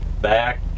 back